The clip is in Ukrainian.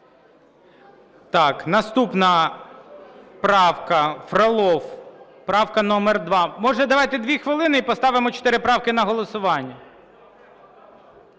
Наступна правка, Фролов. Правка номер 2. Може, давайте 2 хвилини - і поставимо чотири правки на голосування?